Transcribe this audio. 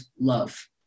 love